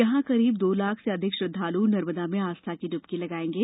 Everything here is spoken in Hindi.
यहाँ करीब दो लाख से अधिक श्रद्धाल् नर्मदा में आस्था की ड्बकी लगाएंगे